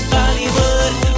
Bollywood